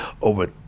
over